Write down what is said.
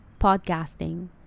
podcasting